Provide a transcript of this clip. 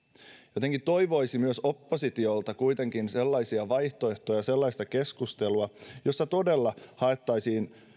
jotenkin toivoisi myös oppositiolta kuitenkin sellaisia vaihtoehtoja ja sellaista keskustelua jossa todella haettaisiin